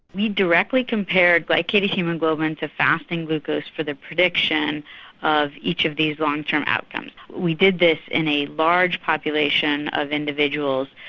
we directly compared glycated haemoglobin to fasting glucose for the prediction of each of these long term outcomes. we did this in a large population of individuals.